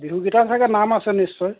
বিহুকেইটাৰ চাগৈ নাম আছে নিশ্চয়